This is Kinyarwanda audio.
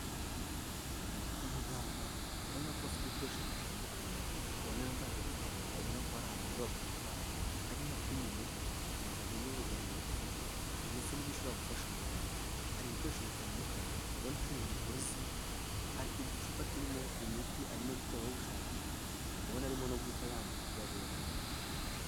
Umuganga ubona ko afite ibikoresho bitandukanye, ubona yambaye agapfukamunwa, ubona ko ari ahantu muri raboratwari, arimo apima imiti kugira ngo amenya ubuziranenge ifite ndetse n'ibyo ishobora gufasha umubiri wa muntu. Hari ibikoresho bitandukanye, ubona hari imigozi, hari uducupa turimo imiti arimo gukoreraho ubushakashatsi, ubona arimo no guhita yandika ibyo abonye.